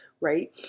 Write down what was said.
right